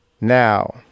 Now